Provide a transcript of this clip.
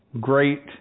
great